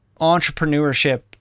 entrepreneurship